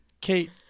Kate